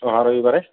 অহা ৰবিবাৰে